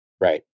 Right